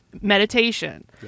meditation